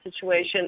situation